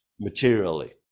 materially